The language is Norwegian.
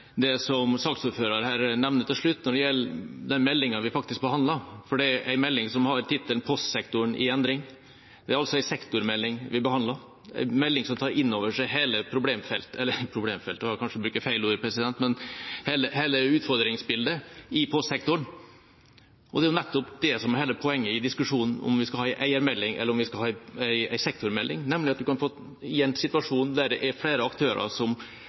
det som saksordføreren nevnte til slutt, som gjelder den meldinga vi behandler. Det er en melding som har tittelen Postsektoren i endring. Det er altså en sektormelding vi behandler, en melding som tar opp hele problemfeltet eller – det var kanskje et feil ord – hele utfordringsbildet i postsektoren. Det er nettopp det som er hele poenget i diskusjonen om hvorvidt vi skal ha en eiermelding, eller om vi skal ha en sektormelding, nemlig at en kan få en situasjon der det er flere aktører som